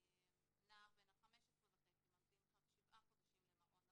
נער בן 15.5 ממתין שבעה חודשים למעון נעול,